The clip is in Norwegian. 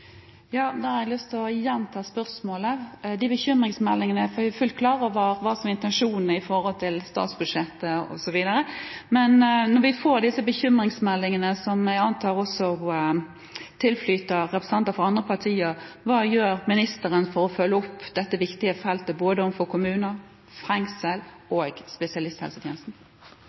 å gjenta spørsmålet, for jeg er fullt klar over hva som er intensjonene i statsbudsjettet osv., men vi får disse bekymringsmeldingene, som jeg antar også tilflyter representanter fra andre partier. Hva gjør ministeren for å følge opp dette viktige feltet overfor både kommuner, fengsel